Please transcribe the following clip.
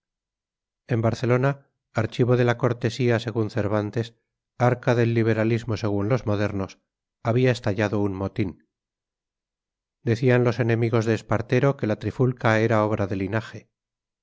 en barcelona archivo de la cortesía según cervantes arca del liberalismo según los modernos había estallado un motín decían los enemigos de espartero que la trifulca era obra de linaje